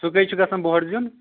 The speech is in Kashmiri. سُہ کٔہۍ چھُ گژھان بۄڑٕ زِیُن